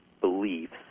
beliefs